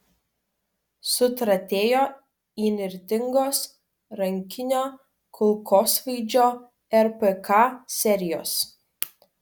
sutratėjo įnirtingos rankinio kulkosvaidžio rpk serijos